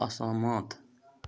असहमत